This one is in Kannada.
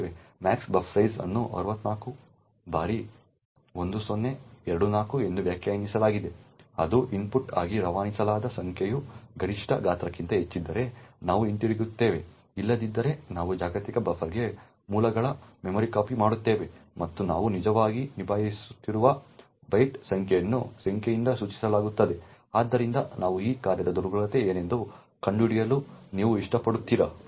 Max buf size ಅನ್ನು 64 ಬಾರಿ 1024 ಎಂದು ವ್ಯಾಖ್ಯಾನಿಸಲಾಗಿದೆ ಅದು ಇನ್ಪುಟ್ ಆಗಿ ರವಾನಿಸಲಾದ ಸಂಖ್ಯೆಯು ಗರಿಷ್ಠ ಗಾತ್ರಕ್ಕಿಂತ ಹೆಚ್ಚಿದ್ದರೆ ನಾವು ಹಿಂತಿರುಗುತ್ತೇವೆ ಇಲ್ಲದಿದ್ದರೆ ನಾವು ಜಾಗತಿಕ ಬಫರ್ಗೆ ಮೂಲಗಳ ಮೆಮ್ಸಿಪಿಯನ್ನು ಮಾಡುತ್ತೇವೆ ಮತ್ತು ನಾವು ನಿಜವಾಗಿ ನಿಭಾಯಿಸುತ್ತಿರುವ ಬೈಟ್ಗಳ ಸಂಖ್ಯೆಯನ್ನು ಸಂಖ್ಯೆಯಿಂದ ಸೂಚಿಸಲಾಗುತ್ತದೆ ಆದ್ದರಿಂದ ನಾನು ಈ ಕಾರ್ಯದ ದುರ್ಬಲತೆ ಏನೆಂದು ಕಂಡುಹಿಡಿಯಲು ನೀವು ಇಷ್ಟಪಡುತ್ತೀರಾ